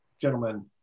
gentlemen